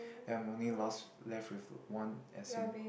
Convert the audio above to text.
ya I am only last left with one S_U